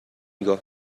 نگاه